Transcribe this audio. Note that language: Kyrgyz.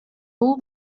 бул